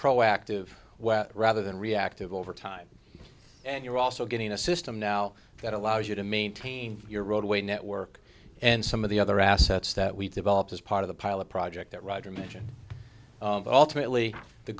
proactive well rather than reactive over time and you're also getting a system now that allows you to maintain your roadway network and some of the other assets that we've developed as part of the pilot project that roger mention alternately the